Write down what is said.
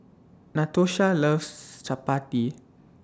Natosha loves Chappati